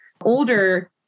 Older